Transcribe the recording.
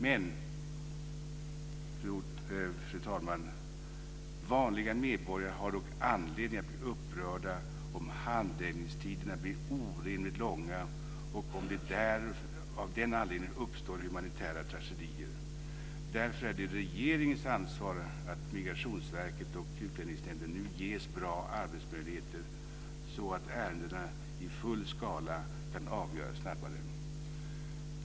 Men, fru talman, vanliga medborgare har anledning att bli upprörda om handläggningstiderna blir orimligt långa och om det av den anledningen uppstår humanitära tragedier. Därför är det regeringens ansvar att Migrationsverket och Utlänningsnämnden nu ges bra arbetsmöjligheter så att ärendena i full skala kan avgöras snabbare.